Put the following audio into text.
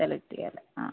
select ചെയ്യാമല്ലെ ആ